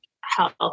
health